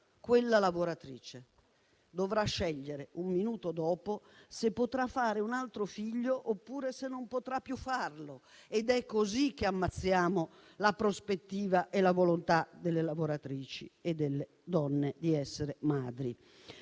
quella lavoratrice dovrà scegliere, un minuto dopo, se potrà fare un altro figlio oppure se non potrà più farlo. Ed è così che ammazziamo la prospettiva e la volontà delle lavoratrici e delle donne di essere madri.